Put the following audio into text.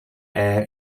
air